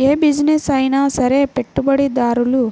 యే బిజినెస్ అయినా సరే పెట్టుబడిదారులు